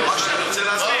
רק שנייה, אני רוצה